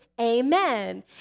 amen